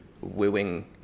wooing